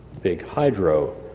big hydro.